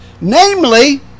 Namely